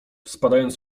spadając